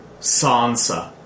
Sansa